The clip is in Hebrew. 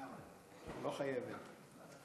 את לא חייבת.